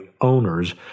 owners